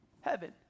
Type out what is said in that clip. heaven